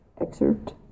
excerpt